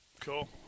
Cool